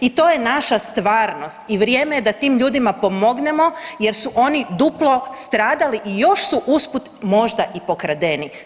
I to je naša stvarnost i vrijeme je da tim ljudima pomognemo jer su oni duplo stradali i još smo usput možda i pokradeni.